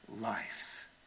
life